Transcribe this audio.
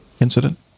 incident